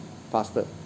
faster